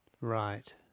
Right